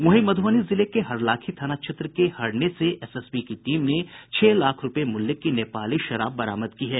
वहीं मधुबनी जिले के हरलाखी थाना क्षेत्र के हरने से एसएसबी की टीम ने छह लाख रूपये मूल्य की नेपाली शराब बरामद की है